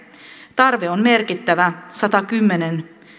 tarve on merkittävä satakymmentä